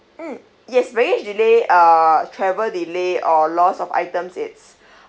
mm yes baggage delay uh travel delay or loss of items it's